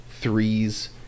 threes